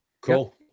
Cool